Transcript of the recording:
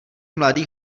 mladý